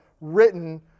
written